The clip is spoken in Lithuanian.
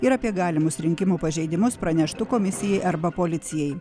ir apie galimus rinkimų pažeidimus praneštų komisijai arba policijai